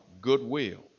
goodwill